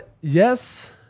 Yes